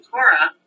Torah